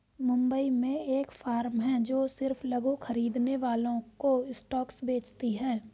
मुंबई में एक फार्म है जो सिर्फ लघु खरीदने वालों को स्टॉक्स बेचती है